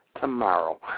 tomorrow